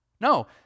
No